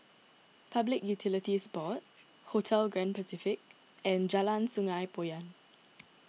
Public Utilities Board Hotel Grand Pacific and Jalan Sungei Poyan